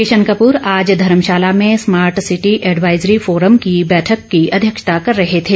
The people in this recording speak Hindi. किशन कपूर आज धर्मशाला में स्मार्ट सिटी एडवायजरी फोर्म की बैठक की अध्यक्षता कर रहे थे